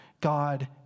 God